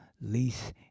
lease